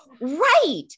Right